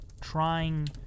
trying